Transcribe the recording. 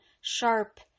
sharp